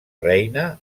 reina